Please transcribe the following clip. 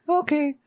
okay